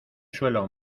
suelo